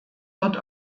wird